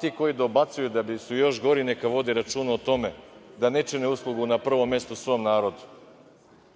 Ti koji dobacuju da su još gori, neka vode računa o tome da ne čine uslugu, na prvom mestu, svom narodu.„Mini